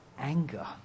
anger